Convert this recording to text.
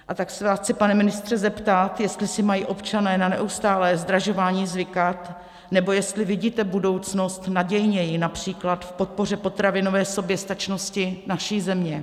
A tak se vás chci, pane ministře, zeptat, jestli si mají občané na neustálé zdražování zvykat, nebo jestli vidíte budoucnost nadějněji, například v podpoře potravinové soběstačnosti naší země.